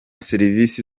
serivisi